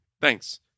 Thanks